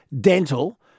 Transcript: dental